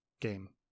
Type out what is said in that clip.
game